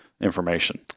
information